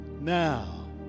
now